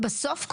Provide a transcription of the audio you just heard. בסוף,